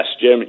Jim